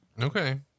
Okay